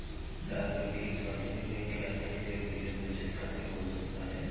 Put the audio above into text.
डाक बैंक एक सार्वजनिक बैंक है अतः यह व्यक्तिगत बचत खाते खोल सकता है